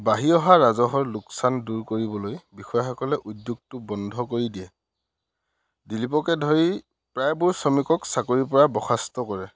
বাঢ়ি অহা ৰাজহৰ লোকচান দূৰ কৰিবলৈ বিষয়াসকলে উদ্যোগটো বন্ধ কৰি দিয়ে দিলীপকে ধৰি প্ৰায়বোৰ শ্ৰমিকক চাকৰিৰপৰা বৰ্খাস্ত কৰে